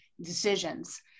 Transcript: decisions